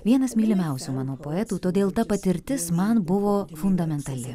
vienas mylimiausių mano poetų todėl ta patirtis man buvo fundamentali